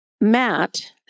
Matt